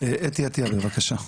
אתי עטייה בבקשה.